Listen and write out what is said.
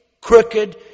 crooked